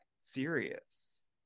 serious